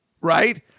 right